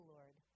Lord